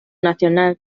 nacional